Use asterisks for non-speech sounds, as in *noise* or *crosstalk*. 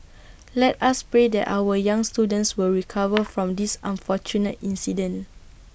let us pray that our young students will recover *noise* from this unfortunate incident